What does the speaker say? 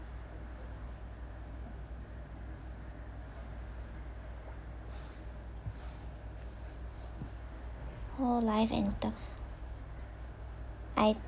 whole life and term I